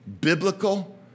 Biblical